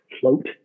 float